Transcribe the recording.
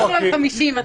המינימום,